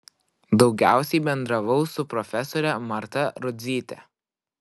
daugiausiai bendravau su profesore marta rudzyte